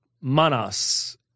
manas